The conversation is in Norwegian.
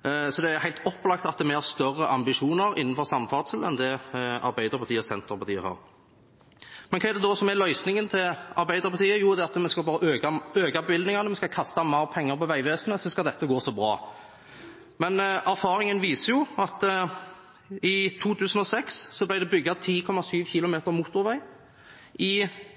Så det er helt opplagt at vi har større ambisjoner innenfor samferdsel enn det Arbeiderpartiet og Senterpartiet har. Hva er det da som er løsningen til Arbeiderpartiet? Jo, det er at vi skal øke bevilgningene, vi skal kaste mer penger etter Vegvesenet, og da skal dette gå så bra. Men erfaringen viser at i 2006 ble det bygd 10,7 km motorvei, i